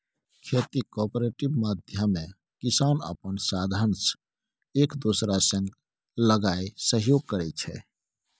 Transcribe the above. खेतीक कॉपरेटिव माध्यमे किसान अपन साधंश एक दोसरा संग लगाए सहयोग करै छै